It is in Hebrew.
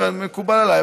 מקובל עליי,